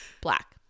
black